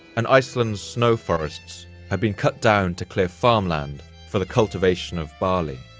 and iceland's snow forests had been cut down to clear farmland for the cultivation of barley.